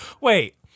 Wait